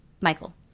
Michael